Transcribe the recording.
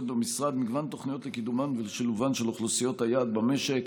במשרד מגוון תוכניות לקידומן ולשילובן של אוכלוסיות היעד במשק: